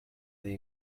they